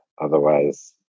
Otherwise